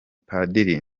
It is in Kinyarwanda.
padiri